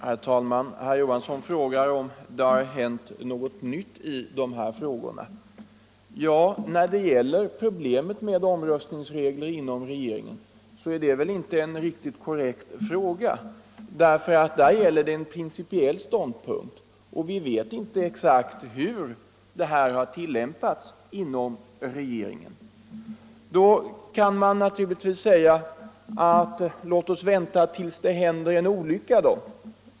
Herr talman! Herr Johansson i Trollhättan frågar om det har hänt något nytt på det här området. Ja, när det gäller problemet med omröstningsregler inom regeringen är detta väl inte en riktigt korrekt fråga. Där finns det bara en principiell ståndpunkt, och vi vet inte exakt hur reglerna har tillämpats inom regeringen. Då kan man naturligtvis säga: Låt oss vänta tills det händer en olycka.